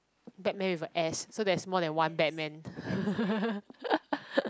batman with a S so there's more than one batman